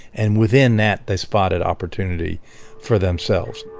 and within that they spotted opportunity for themselves.